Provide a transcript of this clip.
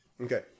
Okay